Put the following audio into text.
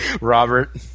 Robert